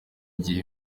gihe